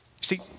See